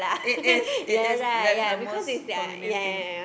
it is it is that is the most convenient thing